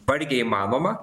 vargiai įmanoma